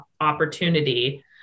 opportunity